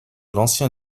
l’ancien